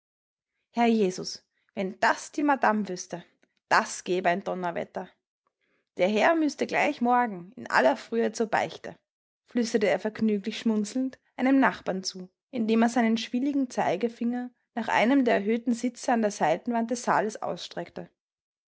herr jesus wenn das die madame wüßte das gäb ein donnerwetter der herr müßte gleich morgen in aller frühe zur beichte flüsterte er vergnüglich schmunzelnd einem nachbar zu indem er seinen schwieligen zeigefinger nach einem der erhöhten sitze an der seitenwand des saales ausstreckte